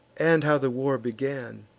and how the war began,